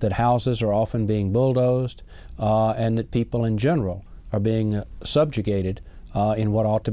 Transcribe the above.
that houses are often being bulldozed and that people in general are being subjugated in what ought to